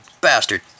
bastard